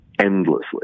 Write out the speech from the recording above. endlessly